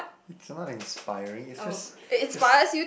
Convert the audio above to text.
it's someone inspiring it's just it just